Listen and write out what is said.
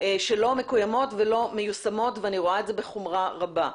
שלא מקוימות ולא מיושמות ואני רואה את זה בחומרה רבה.